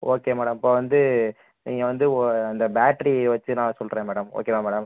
okay madam இப்போ வந்து நீங்கள் வந்து ஓ இந்த பேட்டரி வெச்சி நான் சொல்கிறேன் மேடம் ஓகேவா மேடம்